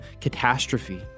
catastrophe